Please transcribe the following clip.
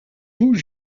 tout